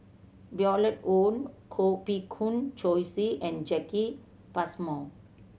Violet Oon Koh Bee Kuan Joyce and Jacki Passmore